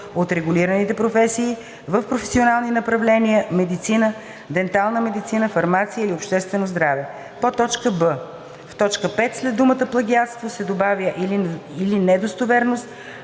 от регулираните професии в професионални направления „Медицина“, „Дентална медицина“, „Фармация“ или „Обществено здраве“; б) в т. 5 след думата „плагиатство“ се добавя „или недостоверност